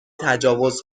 تجاوز